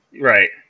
Right